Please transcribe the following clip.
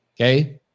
okay